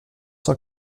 cent